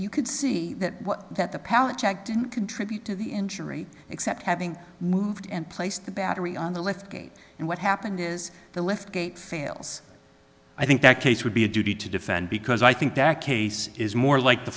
you could see that the pallet jack didn't contribute to the injury except having moved and placed the battery on the lift gate and what happened is the lift fails i think that case would be a duty to defend because i think that case is more like the